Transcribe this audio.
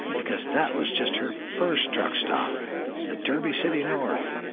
because that was just her first truck stop the derby city north,